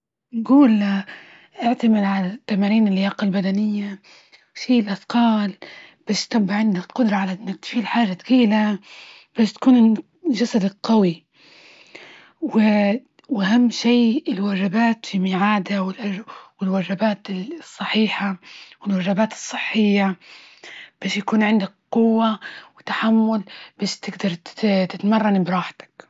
نجول اعتمد على تمارين اللياقة البدنية شيل أثقال بش تب عندك قدرة على إنك تشيل حاجة تقيلة بش تكون جسدك قوي و. وأهم شي الوجبات في ميعادها، والوجبات الصحيحة والوجبات الصحية بش يكون عندك قوة وتحمل، بش تجدر تتمرن براحتك.